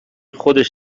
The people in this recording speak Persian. خودش